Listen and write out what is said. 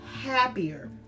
happier